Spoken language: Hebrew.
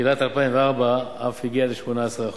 תחילת 2004 אף הגיע ל-18%.